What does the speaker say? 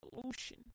solution